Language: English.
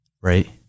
right